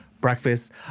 Breakfast